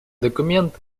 документ